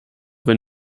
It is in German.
wenn